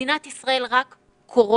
מדינת ישראל רק קורונה.